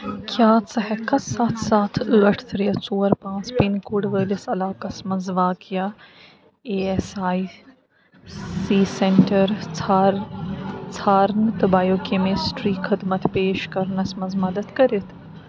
کیٛاہ ژٕ ہیٚکٕکھا ستھ ستھ ٲٹھ ترٛےٚ ژور پانٛژ پِن کوڈ وٲلِس علاقس مَنٛز واقع A S I C centre ژھار ژھارنہٕ تہٕ بَیو کیٚمِسٹرٛی خٔدمت پیش کرنس مَنٛز مدد کٔرِتھ